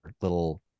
little